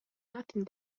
nothing